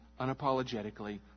unapologetically